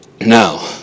Now